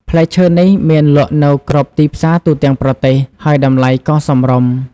ផ្លែឈើនេះមានលក់នៅគ្រប់ទីផ្សារទូទាំងប្រទេស ហើយតម្លៃក៏សមរម្យ។